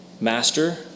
master